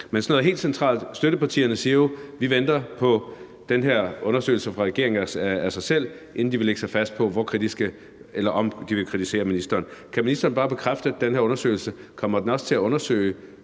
Men så er der noget helt centralt. Støttepartierne siger jo, at de venter på den her undersøgelse fra regeringen af sig selv, inden de vil lægge sig fast på, om de vil kritisere ministeren. Kan ministeren bare bekræfte, at den her undersøgelse også kommer til at undersøge,